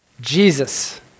Jesus